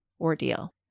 ordeal